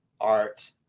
art